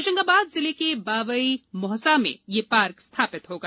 होशंगाबाद जिले के बाबई मोहसा में यह पार्क स्थापित होगा